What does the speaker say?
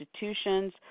institutions